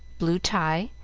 blue tie,